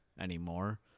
anymore